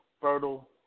fertile